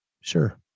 sure